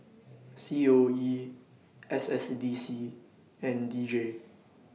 C O E S S D C and D J